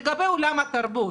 לגבי עולם התרבות,